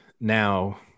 Now